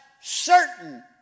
certain